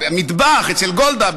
מטבח אצל גולדה,